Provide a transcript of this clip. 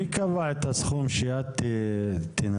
מי קבע את הסכום שאת תנצלי?